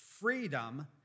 freedom